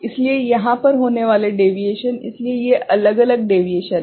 इसलिए यहाँ पर होने वाले डेविएशन इसलिए ये अलग अलग डेविएशन हैं